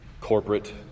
corporate